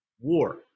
war